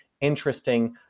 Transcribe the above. interesting